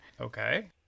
Okay